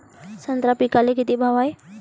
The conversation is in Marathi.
संत्रा पिकाले किती भाव हाये?